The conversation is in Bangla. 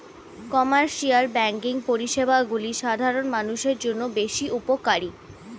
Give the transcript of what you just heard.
কমার্শিয়াল ব্যাঙ্কিং পরিষেবাগুলি সাধারণ মানুষের জন্য বেশ উপকারী